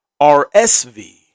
RSV